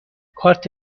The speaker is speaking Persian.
کارت